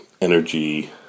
energy